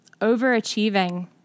overachieving